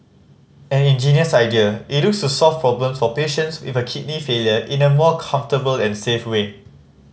an ingenious idea it looks solve problems for patients with kidney failure in a more comfortable and safe way